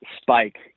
spike